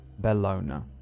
Bellona